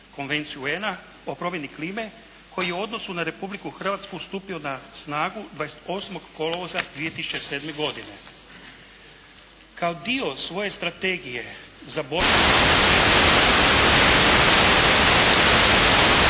konvenciju UN-a o promjeni klime koji je u odnosu na Republiku Hrvatsku stupio na snagu 28. kolovoza 2007. godine. Kao dio svoje strategije za borbu